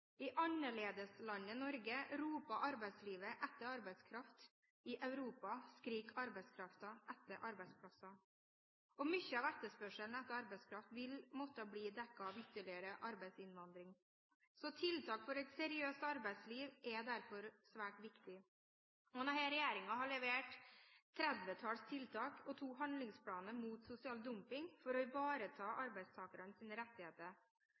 I annerledeslandet Norge roper arbeidslivet etter arbeidskraft. I Europa skriker arbeidskraften etter arbeidsplasser. Mye av etterspørselen etter arbeidskraft vil måtte bli dekket av ytterligere arbeidsinnvandring. Tiltak for et seriøst arbeidsliv er derfor svært viktig. Denne regjeringen har levert et tredvetalls tiltak og to handlingsplaner mot sosial dumping for å ivareta arbeidstakernes rettigheter.